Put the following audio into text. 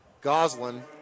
Goslin